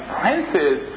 princes